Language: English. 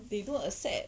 they don't accept